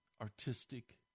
artistic